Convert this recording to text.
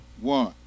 One